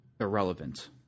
irrelevant